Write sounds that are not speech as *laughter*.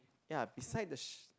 ya beside the *noise*